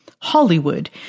Hollywood